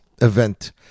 event